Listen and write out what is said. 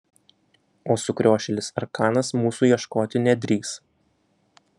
o sukriošėlis arkanas mūsų ieškoti nedrįs